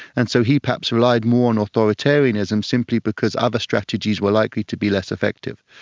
and so he perhaps relied more on authoritarianism simply because other strategies were likely to be less effective.